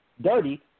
dirty